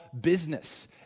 business